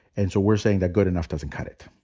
and so we're saying that good enough doesn't cut it.